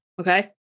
Okay